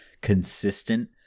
consistent